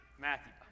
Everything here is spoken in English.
Matthew